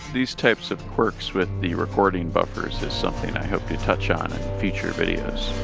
these types of quirks with the recording buffers is something i hope to touch on in future videos.